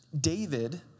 David